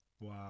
Wow